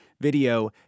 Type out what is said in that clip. video